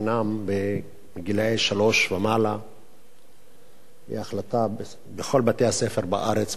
חינם לגילאי שלוש ומעלה בכל בתי-הספר בארץ,